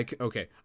Okay